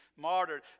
martyred